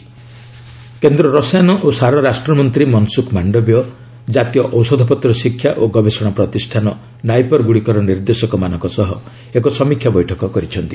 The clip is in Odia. ମାଣ୍ଡବୀୟ ରିଭ୍ୟ ମିଟିଂ କେନ୍ଦ୍ର ରସାୟନ ଓ ସାର ରାଷ୍ଟ୍ରମନ୍ତ୍ରୀ ମନସୁଖ ମାଣ୍ଡବୀୟ ଜାତୀୟ ଔଷଧ ପତ୍ର ଶିକ୍ଷା ଓ ଗବେଷଣା ପ୍ରତିଷ୍ଠାନ ନାଇପର୍ଗୁଡ଼ିକର ନିର୍ଦ୍ଦେଶକମାନଙ୍କ ସହ ଏକ ସମୀକ୍ଷା ବୈଠକ କରିଛନ୍ତି